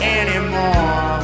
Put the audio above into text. anymore